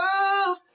love